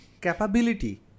capability